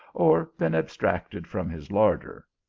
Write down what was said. or been abstracted from his larder,